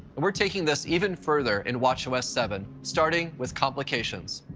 we're taking this even further in watchos seven, starting with complications.